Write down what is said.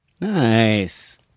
nice